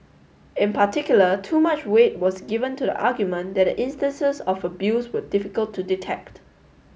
in particular too much weight was given to the argument that the instances of abuse were difficult to detect